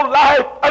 life